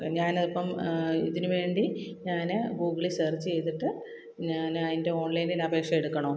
ഞാനിപ്പം ഇതിനു വേണ്ടി ഞാൻ ഗൂഗിളില് സേര്ച്ച് ചെയ്തിട്ട് ഞാൻ അതിന്റെ ഓണ്ലൈനില് അപേക്ഷ എടുക്കണോ